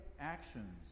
actions